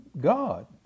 God